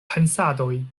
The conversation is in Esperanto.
pensadoj